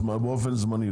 זה גם באופן זמני.